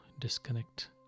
disconnect